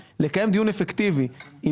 לקיים דיון אפקטיבי כשיבוא לכאן תקציב.